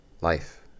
life